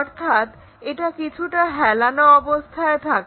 অর্থাৎ এটা কিছুটা হেলানো অবস্থায় থাকে